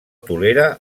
tolera